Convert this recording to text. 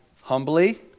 humbly